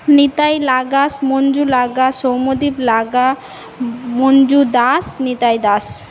নিতাই লাগাস মঞ্জু লাগাস সৌমদ্বীপ লাগা মঞ্জু দাস নিতাই দাস